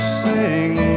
sing